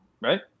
right